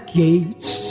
gates